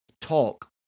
talk